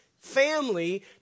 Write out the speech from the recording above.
family